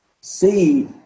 see